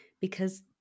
because-